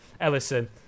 Ellison